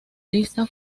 lista